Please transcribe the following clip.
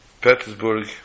Petersburg